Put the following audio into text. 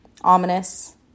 ominous